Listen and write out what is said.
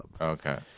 Okay